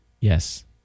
Yes